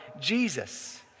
Jesus